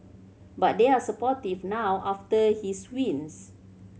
but they are supportive now after his wins